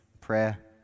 prayer